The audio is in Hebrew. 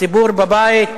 הציבור בבית,